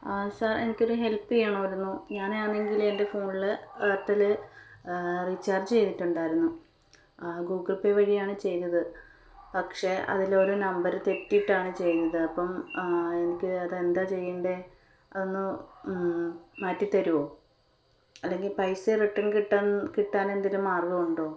ആ സാർ എനിക്കൊരു ഹെൽപ്പ് ചെയ്യണമായിരുന്നു ഞാനാണെങ്കിൽ എൻ്റെ ഫോണിൽ ഏർടെല് റീചാർജ് ചെയ്തിട്ടുണ്ടായിരുന്നു ഗൂഗിൾ പേ വഴിയാണ് ചെയ്തത് പക്ഷേ അതിലൊരു നമ്പർ തെറ്റിയിട്ടാണ് ചെയ്യതത് അപ്പം എനിക്ക് അത് എന്താ ചെയ്യേണ്ടത് അതൊന്ന് മാറ്റി തരുമോ അല്ലെങ്കിൽ പൈസ റിട്ടേൺ കിട്ടാൻ കിട്ടാൻ എന്തെങ്കിലും മാർഗം ഉണ്ടോ